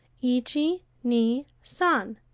ichi, ni, san,